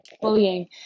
bullying